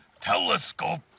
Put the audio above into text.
telescope